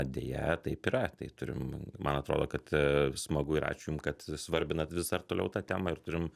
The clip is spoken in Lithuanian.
deja taip yra tai turim man atrodo kad smagu ir ačiū jum kad svarbinat vis dar toliau tą temą ir turim